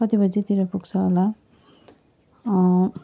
कति बजेतिर पुग्छ होला